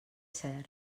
cert